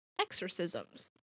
exorcisms